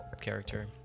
character